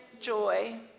joy